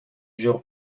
jours